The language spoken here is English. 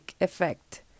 effect